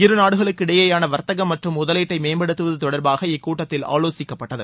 இரு நாடுகளுக்கு இடையேயான வர்த்தகம் மற்றும் முதலீட்டை மேம்படுத்துவது தொடர்பாக இக்கூட்டத்தில் ஆலோசிக்கப்பட்டது